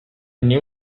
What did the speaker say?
new